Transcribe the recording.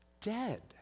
dead